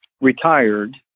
retired